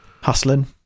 Hustling